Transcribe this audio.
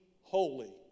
holy